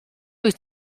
wyt